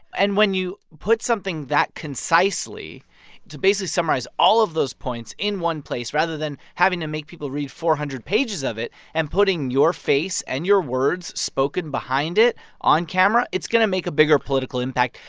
and when you put something that concisely to basically summarize all of those points in one place rather than having to make people read four hundred pages of it and putting your face and your words spoken behind it on camera it's going to make a bigger political impact,